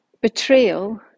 Betrayal